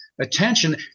attention